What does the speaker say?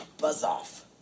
Buzz-off